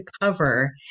cover